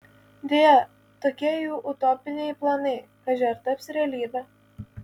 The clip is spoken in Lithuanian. deja tokie jų utopiniai planai kaži ar taps realybe